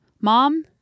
Mom